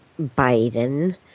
Biden